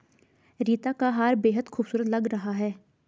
रीता का हार बेहद खूबसूरत लग रहा है